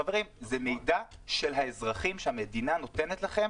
חברים, זה מידע של האזרחים שהמידע נותנת לכם.